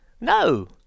No